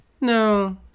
No